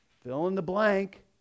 fill-in-the-blank